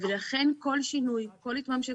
ולכן של שינוי, כל התממשקות,